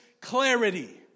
clarity